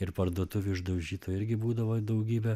ir parduotuvių išdaužytų irgi būdavo daugybė